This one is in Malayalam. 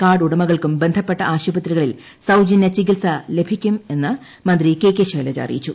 കാർഡ് ഉടമകൾക്കും ബന്ധപ്പെട്ട ആശുപത്രികളിൽ സൌജന്യ ചികിത്സ ലഭിക്കുമെന്ന് മന്ത്രി കെകെ ശൈലജ അറിയിച്ചു